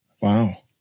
Wow